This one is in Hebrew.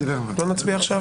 לא נצביע עכשיו?